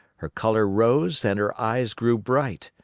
her color rose and her eyes grew bright,